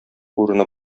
урыны